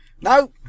No